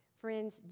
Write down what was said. Friends